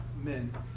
men